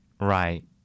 Right